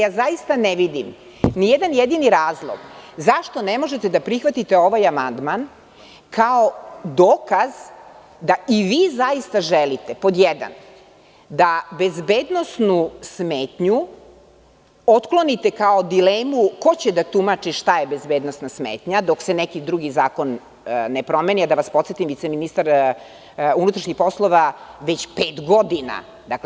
Zaista ne vidim ni jedan jedini razlog zašto ne možete da prihvatite ovaj amandman kao dokaz da i vi zaista želite, pod jedan - da bezbednosnu smetnju otklonite kao dilemu ko će da tumači šta je bezbednosna smetnja dok se neki drugi zakon ne promeni, a da vas podsetim, vi ste ministar unutrašnjih poslova već pet godina.